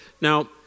Now